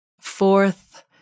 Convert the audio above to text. Fourth